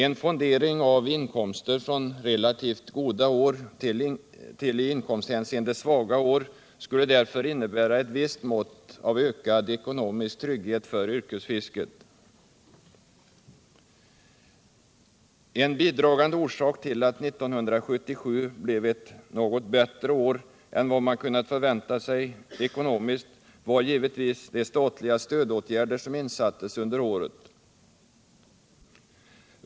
En fondering av inkomster från relativt goda år till i inkomsthänseende svaga år skulle därför innebära ett visst mått av ökad ekonomisk trygghet för yrkesfisket. En bidragande orsak till att 1977 blev ett bättre år för yrkesfisket än vad man kunnat förvänta sig var givetvis de statliga stödåtgärder som insattes under året.